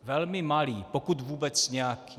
Velmi malý, pokud vůbec nějaký.